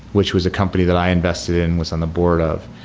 which was a company that i invested in, was on the board of.